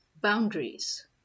Boundaries